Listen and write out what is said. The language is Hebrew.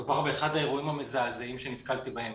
מדובר באחד האירועים המזעזעים שנתקלתי בהם.